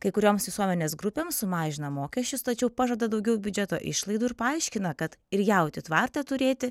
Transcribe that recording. kai kurioms visuomenės grupėms sumažina mokesčius tačiau pažada daugiau biudžeto išlaidų ir paaiškina kad ir jautį tvarte turėti